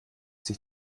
sich